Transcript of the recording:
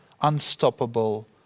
unstoppable